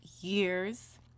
years